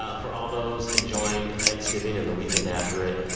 ah for all those enjoying thanksgiving and the weekend after it,